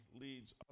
leads